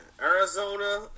Arizona